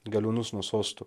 galiūnus nuo sostų